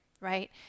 right